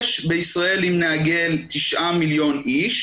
יש בישראל כ-9 מיליון אנשים.